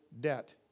debt